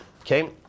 okay